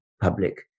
public